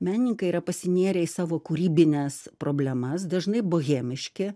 menininkai yra pasinėrę į savo kūrybines problemas dažnai bohemiški